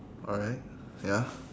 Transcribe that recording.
alright ya